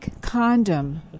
condom